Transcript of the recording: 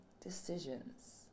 decisions